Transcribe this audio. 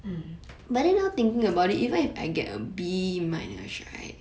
mm